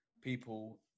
people